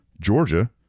Georgia